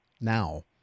now